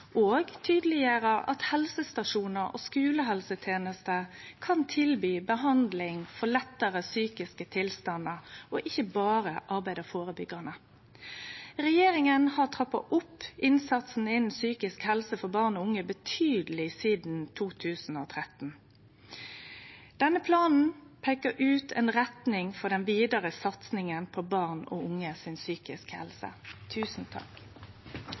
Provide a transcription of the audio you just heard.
og tydeleggjere at helsestasjonar og skulehelsetenesta kan tilby behandling for lettare psykiske tilstandar, ikkje berre arbeide førebyggjande. Regjeringa har trappa opp innsatsen innanfor psykisk helse for barn og unge betydeleg sidan 2013. Denne planen peikar ut ei retning for den vidare satsinga på barn og unge si psykiske helse.